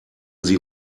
sie